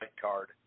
card